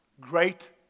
great